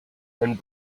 and